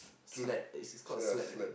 sledge is is called a sledge I think